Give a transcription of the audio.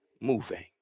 moving